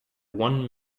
one